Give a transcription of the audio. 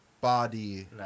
body